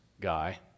guy